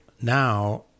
Now